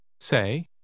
Say